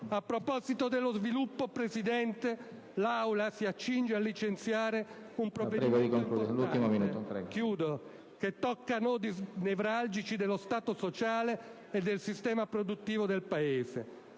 A proposito dello sviluppo, Presidente, l'Aula si accinge a licenziare un provvedimento importante, che tocca snodi nevralgici dello Stato sociale e del sistema produttivo del Paese.